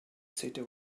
city